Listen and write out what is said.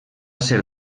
ser